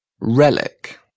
relic